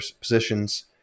positions